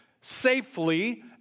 safely